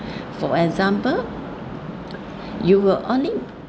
for example you will only